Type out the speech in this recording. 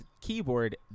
keyboard